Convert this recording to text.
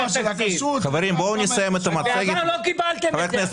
אולי באמת תסביר את הרפורמה של הכשרות --- בעבר לא קיבלתם את זה,